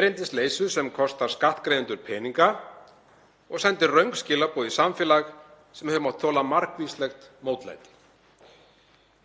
erindisleysu sem kostar skattgreiðendur peninga og sendir röng skilaboð í samfélag sem hefur mátt þola margvíslegt mótlæti.